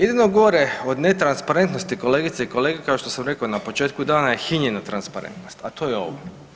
Jedino gore od netransparentnosti kolegice i kolege kao što sam rekao na početku dana je hinjena transparentnost, a to je ovo.